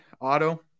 auto